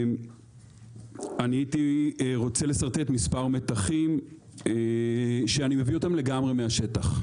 אני הייתי רוצה לשרטט מספר מתחים שאני מביא אותם מהשטח,